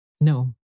No